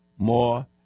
more